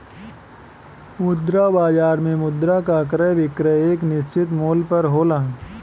मुद्रा बाजार में मुद्रा क क्रय विक्रय एक निश्चित मूल्य पर होला